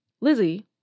Lizzie